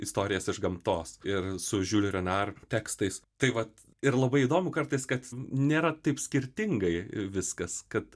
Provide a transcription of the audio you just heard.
istorijas iš gamtos ir su žiuliu renar tekstais tai vat ir labai įdomu kartais kad nėra taip skirtingai viskas kad